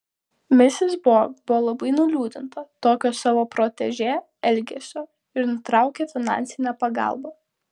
misis bok buvo labai nuliūdinta tokio savo protežė elgesio ir nutraukė finansinę pagalbą